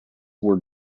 were